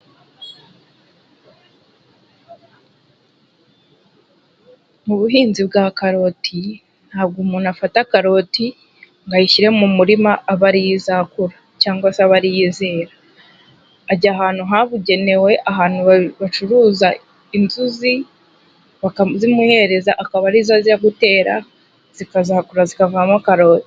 Mu buhinzi bwa karoti, nta bwo umuntu afata karoti ngo ayishyire mu murima aba ariyo izakura, cyangwa se abe ari yo izera. Ajya ahantu habugenewe, ahantu bacuruza inzuzi bakazimuhereza, akaba ari zo ajya gutera zikazakura zikavamo karoti.